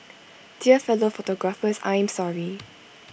dear fellow photographers I am sorry